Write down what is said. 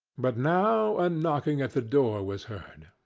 but now a knocking at the door was heard,